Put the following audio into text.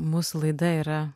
mūsų laida yra